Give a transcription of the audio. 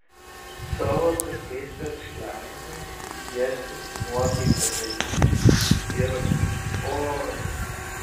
savo tokiais verkšlenimais jie tik nuotaiką gadina ir oi